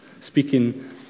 speaking